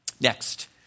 Next